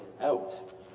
out